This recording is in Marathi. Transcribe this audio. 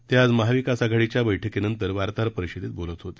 ते आज महाविकासआघाडीच्या बैठकीनंतर ते वार्ताहर परिषदेत बोलत होते